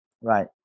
right